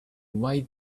white